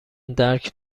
درک